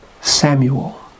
Samuel